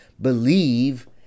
believe